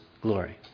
glory